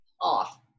off